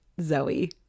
Zoe